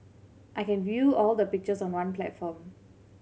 I can view all their pictures on one platform